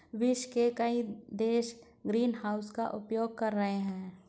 विश्व के कई देश ग्रीनहाउस का उपयोग कर रहे हैं